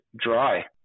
dry